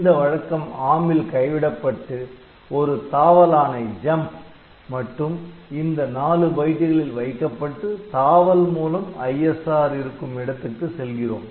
இந்த வழக்கம் ARM ல் கைவிடப்பட்டு ஒரு தாவல் ஆணை மட்டும் இந்த நாலு பைட்டுகளில் வைக்கப்பட்டு தாவல் மூலம் ISR இருக்கும் இடத்துக்கு செல்கிறோம்